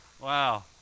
wow